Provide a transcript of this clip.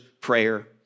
prayer